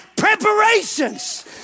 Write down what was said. Preparations